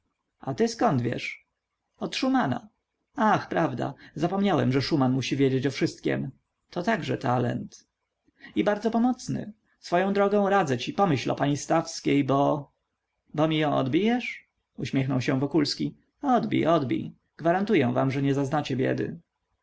a ty zkąd wiesz od szumana ach prawda zapomniałem że szuman musi wiedzieć o wszystkiem to także talent i bardzo pomocny swoją drogą radzę ci pomyśl o pani stawskiej bo ty mi ją odbijesz uśmiechnął się wokulski odbij odbij gwarantuję wam że nie zaznacie biedy